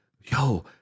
yo